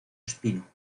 espino